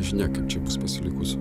nežinia kaip čia bus pasilikus